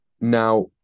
now